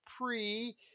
pre